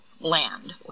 land